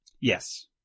yes